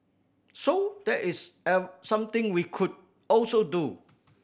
so there is something we could also do